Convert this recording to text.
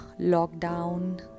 lockdown